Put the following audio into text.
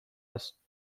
است